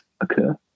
occur